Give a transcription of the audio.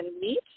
meet